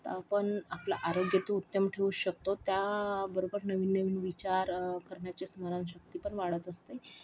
तर आपण आपलं आरोग्य तर उत्तम ठेवूच शकतो त्याबरोबर नवीन नवीन विचार करण्याचे स्मरण शक्ती पण वाढत असते